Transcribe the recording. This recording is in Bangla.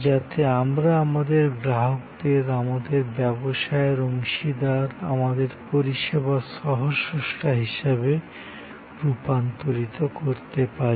যাতে আমরা আমাদের গ্রাহকদের আমাদের ব্যবসায়ের অংশীদার আমাদের পরিষেবার সহ স্রষ্টা হিসাবে রূপান্তরিত করতে পারি